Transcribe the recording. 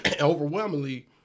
Overwhelmingly